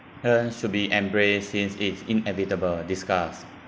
should be embraced since it's inevitable discuss